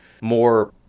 more